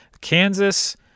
kansas